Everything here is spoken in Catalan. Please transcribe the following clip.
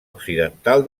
occidental